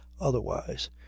otherwise